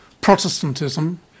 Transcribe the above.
Protestantism